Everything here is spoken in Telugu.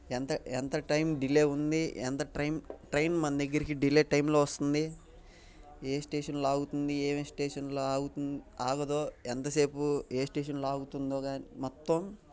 ఎంత ఎంత టైమ్ డిలే ఉంది ఎంత ట్రైన్ ట్రైన్ మన దగ్గరికి డిలే టైమ్లో వస్తుంది ఏ స్టేషన్లో ఆగుతుంది ఏమేమి స్టేషన్లో ఆగదో ఎంతసేపు ఏ స్టేషన్లో ఆగుతుందో కానీ మొత్తం